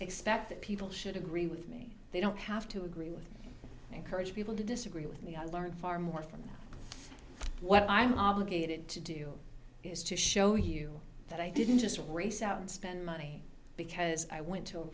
expect that people should agree with me they don't have to agree with encourage people to disagree with me i learned far more from that what i'm obligated to do is to show you that i didn't just race out and spend money because i went to a